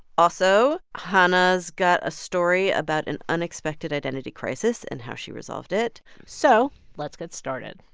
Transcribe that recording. also hanna's got a story about an unexpected identity crisis and how she resolved it so let's get started